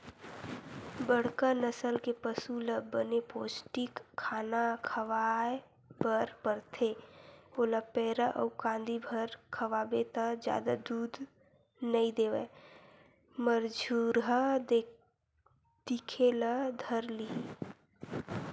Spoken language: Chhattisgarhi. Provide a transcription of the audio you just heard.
बड़का नसल के पसु ल बने पोस्टिक खाना खवाए बर परथे, ओला पैरा अउ कांदी भर खवाबे त जादा दूद नइ देवय मरझुरहा दिखे ल धर लिही